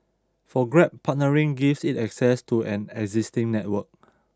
for Grab partnering gives it access to an existing network